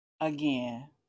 Again